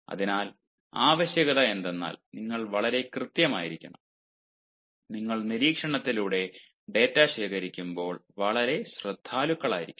അതിനാൽ ആവശ്യകത എന്തെന്നാൽ നിങ്ങൾ വളരെ കൃത്യമായിരിക്കണം നിങ്ങൾ നിരീക്ഷണത്തിലൂടെ ഡാറ്റ ശേഖരിക്കുമ്പോൾ വളരെ ശ്രദ്ധാലുക്കളായിരിക്കണം